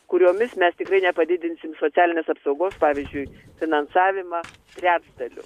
kuriomis mes tikrai nepadidinsim socialinės apsaugos pavyzdžiui finansavimą trečdaliu